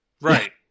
right